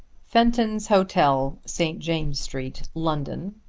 fenton's hotel, st. james' street, london,